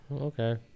okay